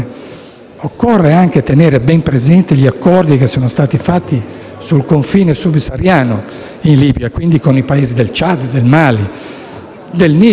Occorre anche tenere ben presenti gli accordi che sono stati fatti sul confine subsahariano in Libia, quindi con i Paesi del Ciad, del Mali e del Niger,